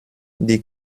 die